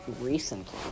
recently